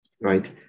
right